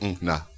nah